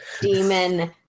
demon